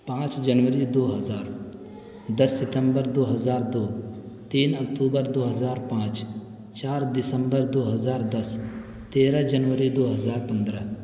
پانچ جنوری دو ہزار دس ستمبر دو ہزار دو تین اکتوبر دو ہزار پانچ چار دسمبر دو ہزار دس تیرہ جنوری دو ہزار پندرہ